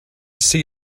see